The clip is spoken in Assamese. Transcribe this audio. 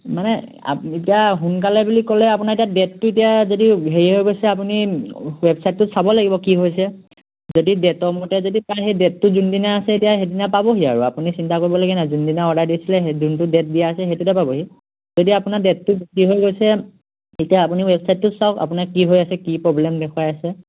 মানে এতিয়া সোনকালে বুলি ক'লে আপোনাৰ এতিয়া ডেটটো এতিয়া যদি হেৰি হৈ গৈছে আপুনি ৱেবচাইটটো চাব লাগিব কি হৈছে যদি ডেটৰ মতে যদি পায় সেই ডেটটো যোনদিনা আছে এতিয়া সেইদিনা পাবহি আৰু আপুনি চিন্তা কৰিব লগীয়া নাই যোনদিনা অৰ্ডাৰ দিছিলে সেই যোনটো ডেট দিয়া আছে সেইটোতে পাবহি যদি আপোনাৰ ডেটটো হৈ গৈছে এতিয়া আপুনি ৱেবছাইটটো চাওক আপোনাৰ কি হৈ আছে কি প্ৰব্লেম দেখুৱাই আছে